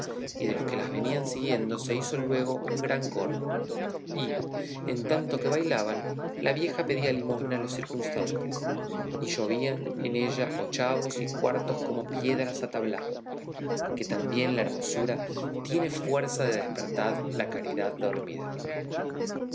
y de los que las venían siguiendo se hizo luego un gran corro y en tanto que bailaban la vieja pedía limosna a los circunstantes y llovían en ella ochavos y cuartos como piedras a tablado que también la hermosura tiene fuerza de despertar la caridad dormida